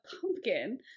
pumpkin